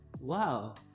Wow